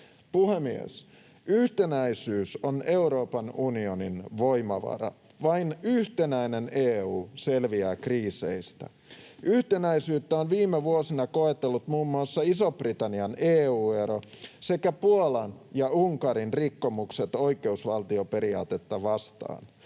Puhemies! Yhtenäisyys on Euroopan unionin voimavara. Vain yhtenäinen EU selviää kriiseistä. Yhtenäisyyttä ovat viime vuosina koetelleet muun muassa Ison-Britannian EU-ero sekä Puolan ja Unkarin rikkomukset oikeusvaltioperiaatetta vastaan.